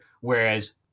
Whereas